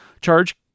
charge